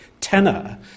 tenor